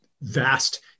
vast